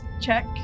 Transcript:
check